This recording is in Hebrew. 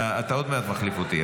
אתה עוד מעט מחליף אותי.